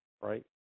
right